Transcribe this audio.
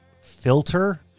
filter